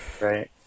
Right